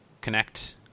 connect